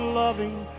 loving